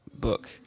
book